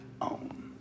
own